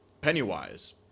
Pennywise